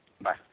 Bye